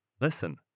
listen